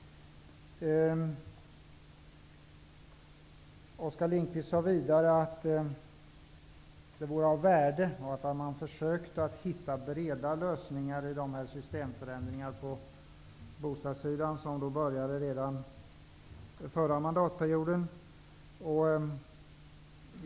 Oskar Lindkvist sade vidare att det vore av värde att man försökte hitta breda lösningar när det gäller systemförändringarna på bostadssidan, som då började redan förra mandatperioden.